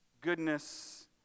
goodness